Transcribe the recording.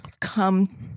come